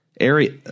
area